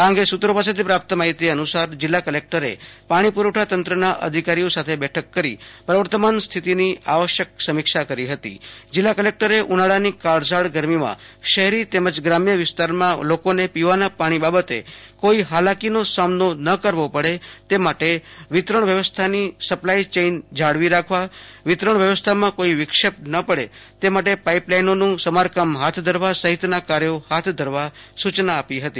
આ અંગે સુત્રો પાસેથી પ્રાપ્ત માહિતી અનુસાર જિલ્લા કલેકટરે પાણી પુરવઠા તંત્રના અધિકારીઓ સાથે બેઠક કરી પ્રવર્તમાન સ્થિતિની ગરમીમાં શહેરી તેમજ ગ્રામ્ય વિસ્તારમાં લોકોને પીવાના પાણી બાબતે કોઈ હાલાકીનો સામનો ન કરવો પડે તે માટે વિતરણ વ્યવસ્થાની સપ્લાય ચેઈન જાળવી રાખવા વિતરણ વ્યવસ્થામાં કોઈ વિક્ષેપ ન પડે તે માટે પાઈપલાઈનોનું સમારકામ હાથ ધરવા સહિતના કાર્યો હાથ ધરવા સુચના આપી હતી